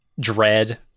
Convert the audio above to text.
dread